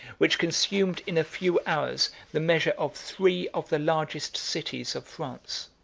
which consumed in a few hours the measure of three of the largest cities of france.